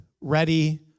ready